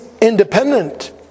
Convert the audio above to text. independent